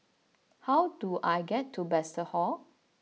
how do I get to Bethesda Hall